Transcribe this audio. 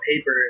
paper